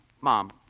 Mom